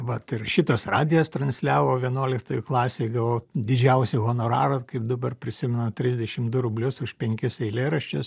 vat ir šitas radijas transliavo vienuoliktoj klasėj gavau didžiausią honorarą kaip dabar prisimenu trisdešim du rublius už penkis eilėraščius